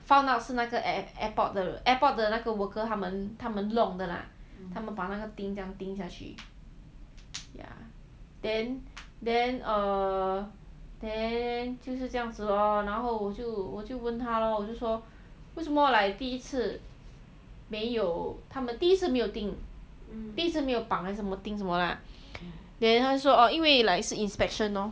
found out 是那个 airport the airport 的那个 worker 他们他们弄的 lah 他们把那个钉这样钉下去 then then err then 就是这样子 lor 然后我就我就问他 lor 为什么 like 第一次没有他们第一次没有钉第一次没有绑没有钉什么 lah then 他就说 orh 因为 like inspection lor